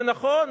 זה נכון,